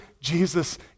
Jesus